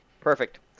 Perfect